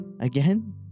again